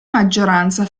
maggioranza